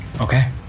Okay